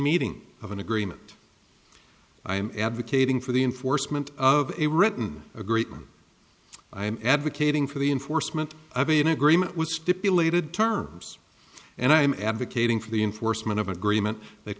meeting of an agreement i am advocating for the enforcement of a written agreement i am advocating for the enforcement of an agreement with stipulated terms and i am advocating for the enforcement of agreement that